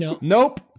Nope